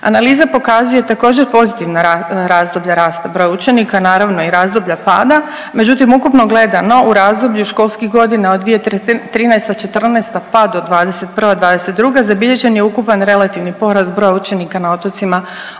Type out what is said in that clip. Analiza pokazuje također, pozitivno razdoblje rasta broja učenika, naravno i razdoblja pada, međutim, ukupno gledano, u razdoblju školskih godina od '2013/'14. pa do '21./'22. zabilježen je ukupan relativni porast broja učenika na otocima od 1,2%.